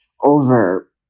over